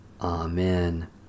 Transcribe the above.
Amen